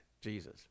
Jesus